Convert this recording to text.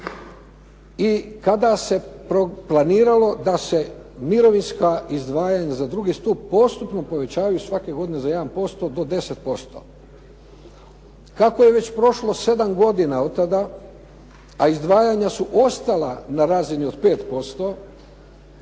i kada se planiralo da se mirovinska izdvajanja za II. stup postupno povećavaju svake godine za 1% do 10%. Kako je već prošlo 7 godina otada, a izdvajanja su ostala na razini od 5%,